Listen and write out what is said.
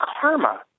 karma